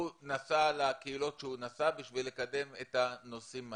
הוא נסע לקהילות שהוא נסע כדי לקדם את הנושאים האלה.